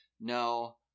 no